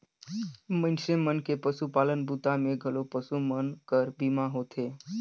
मइनसे मन के पसुपालन बूता मे घलो पसु मन कर बीमा होथे